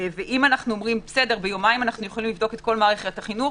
אם אנחנו אומרים שביומיים אנחנו יכולים לבדוק את כל מערכת החינוך